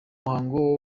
muhango